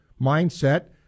mindset